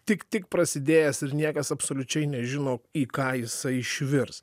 tik tik prasidėjęs ir niekas absoliučiai nežino į ką jisai išvirs